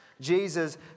Jesus